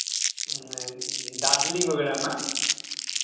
नहीं दार्ज़िलिंग वगैरह में